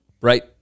right